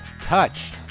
Touch